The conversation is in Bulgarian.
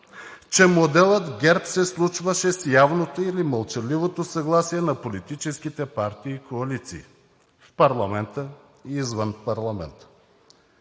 Че моделът ГЕРБ се случваше с явното или мълчаливото съгласие на политическите партии и коалиции в парламента и извън парламента.